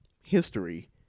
history